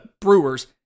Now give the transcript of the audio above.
Brewers